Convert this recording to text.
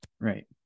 Right